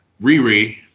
Riri